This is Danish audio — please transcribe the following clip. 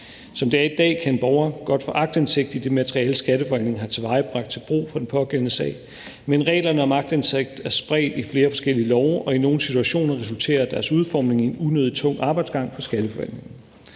Som det er i dag, kan en borger godt få aktindsigt i det materiale, Skatteforvaltningen har tilvejebragt til brug for den pågældende sag, men reglerne om aktindsigt er spredt i flere forskellige love, og i nogle situationer resulterer deres udformning i en unødigt tung arbejdsgang for Skatteforvaltningen.